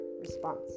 response